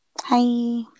Hi